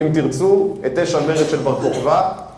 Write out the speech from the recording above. אם תרצו, את אש המרד של בר כוכבה